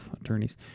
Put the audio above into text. attorneys